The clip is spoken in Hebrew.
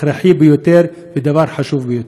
זה דבר הכרחי ביותר וחשוב ביותר.